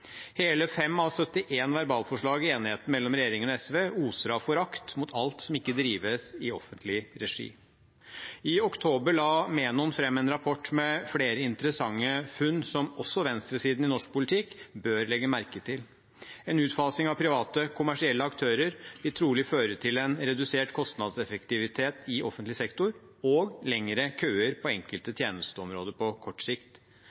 Hele 5 av 71 verbalforslag i enigheten mellom regjeringen og SV oser av forakt mot alt som ikke drives i offentlig regi. I oktober la Menon fram en rapport med flere interessante funn, som også venstresiden i norsk politikk bør legge merke til. En utfasing av private kommersielle aktører vil trolig føre til en redusert kostnadseffektivitet i offentlig sektor og lengre køer på enkelte tjenesteområder på kort sikt.